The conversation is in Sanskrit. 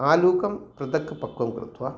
आलुकं पृथक् पक्वं कृत्वा